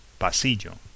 pasillo